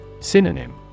Synonym